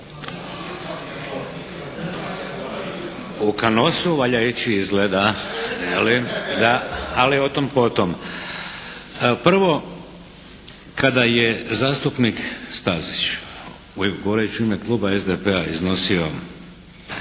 U kanosu valja ići izgleda je li? Da. Ali o tom potom. Prvo kada je zastupnik Stazić govoreći u ime Kluba SDP-a iznosio